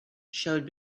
showed